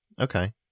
Okay